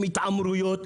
עם התעמרויות,